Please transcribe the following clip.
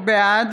בעד